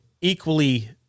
Equally